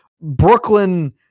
Brooklyn